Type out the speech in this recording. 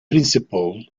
principle